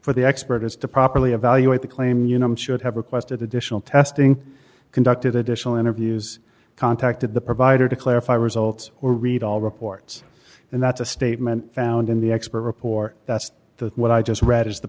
for the expert is to properly evaluate the claim you know him should have requested additional testing conducted additional interviews contacted the provider to clarify results or read all reports and that's a statement found in the expert report that's the what i just read is the